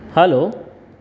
hello